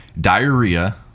Diarrhea